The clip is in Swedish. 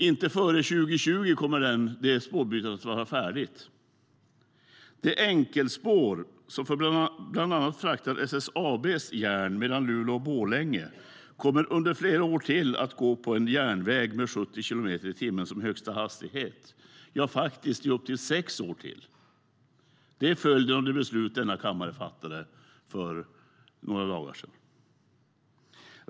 Inte förrän 2020 kommer det spårbytet att vara färdigt. Det är enkelspår som bland annat fraktar SSAB:s järn mellan Luleå och Borlänge. Det kommer under flera år till att gå på en järnväg med 70 kilometer i timmen som högsta hastighet - ja, faktiskt i upp till sex år till. Det är följden av det beslut som denna kammare fattade för några dagar sedan.